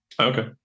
okay